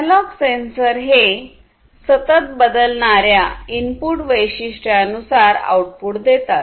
analogue sensor हे सतत बदलणाऱ्या इनपुट वैशिष्ट्या नुसार आउटपुट देतात